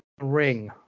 ring